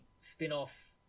spin-off